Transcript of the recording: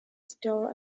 store